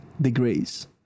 degrees